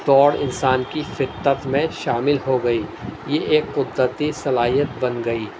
دوڑ انسان کی فطرت میں شامل ہو گئی یہ ایک قدرتی صلاحیت بن گئی